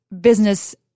business